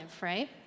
right